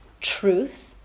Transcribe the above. truth